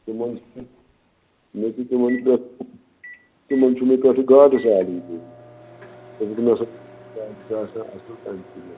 تِمَن مےٚ چھُ تِمَن تِمَن چھُ مےٚ پٮ۪ٹھ گاڈٕ سالٕے آسان اصٕل تَمہِ کِنۍ